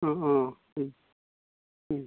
अ अ उम उम